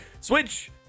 Switch